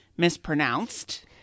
mispronounced